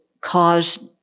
caused